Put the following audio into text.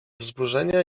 wzburzenia